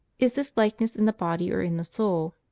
is this likeness in the body or in the soul?